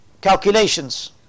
calculations